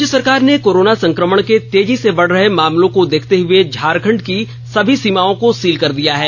राज्य सरकार ने कोरोना संक्रमण के तेजी से बढ़ रहे मामलों को देखते हुए झारखंड की सभी सीमाओं को सील कर कर दिया गया है